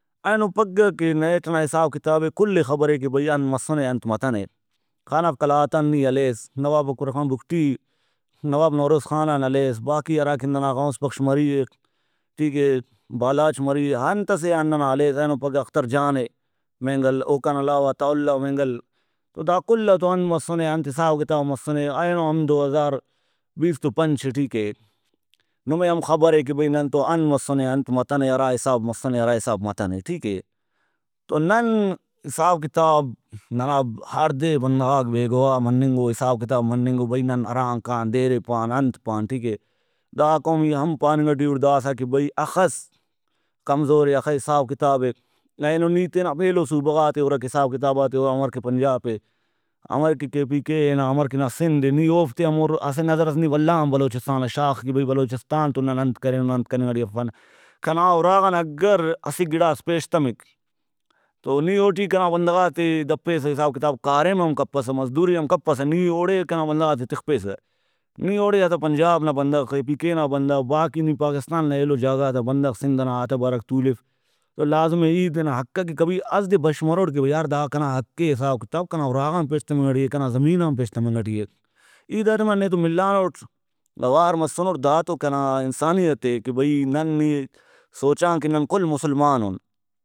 اینو پھگہ کہ نیٹ ئنا حساب کتابے کلے خبرے کہ بھئی انت مسُنے انت متنے۔ خان آف قلات آن نی ہلیس نواب اکبر خان بگٹی نواب نوروز خان آن ہلیس باقی ہراکہ ننا غوث بخش مری اے بالاچ مری اے انتسے آن ننا ہلیس اینو پھگہ اخترجان اے مینگل اوکان علاوہ عطاءاللہ مینگل تو دا کل ئتو انت مسنے انت حساب کتاب مسنے اینو ہم 2025 ٹی کریر۔ نمے ہم خبرے کہ بھئی ننتو انت مسُنے انت متنے ہرا حساب مسُنے ہرا حساب متنے ٹھیکے ۔تو نن حساب کتاب ننا ہر دے بندغاک بے گواہ مننگو حساب کتاب مننگو بھئی نن ہرانگ کان دیرے پان انت پان ٹھیکے دا قوم ای ہم پاننگ ٹی اُٹ داسہ کہ بھئی ہخس کمزورے ہخہ حساب کتابے اینو نی تینا ایلو صوبہ غاتے ہُرک حساب کتاباتے ہُر امر کہ پنجاب اے امر کہ کے پی کے اے نا امر کہ نا سندھ اے نی اوفتے ہم ہُر اسہ نظرس نی ولا ہم بلوچستان آ شاغ کہ بھئی بلوچستان تو نن انت کرینن انت کننگ ٹی افن۔ کنا اُراغان اگر اسہ گڑاس پیشتمک تو نی اوٹی کنا بندغاتے دپیسہ حساب کتاب کاریم ہم کپسہ مزدوری ہم کپسہ نی اوڑے کنا بندغاتے تخپیسہ نی اوڑے ہتہ پنجاب نا بندغ کے پی کے نا بندغ باقی نی پاکستان نا ایلو جاگہ غاتا بندغ سندھ نا ہتہ برک تُولف تو لازمے ای تینا حق ئکہ کبھی اسہ دے بش مروٹ کہ بھئی یار دا کنا حقے حساب کتاب کنا اُراغان پیشتمنگ ٹی اے کنا زمین آن پیشتمنگ ٹی اے۔ ای دا ٹائما نیتو ملانٹ اوار مسُنٹ دا تو کنا انسانیت اے کہ بھئی نن نی سوچان کہ نن کل مسلمانُن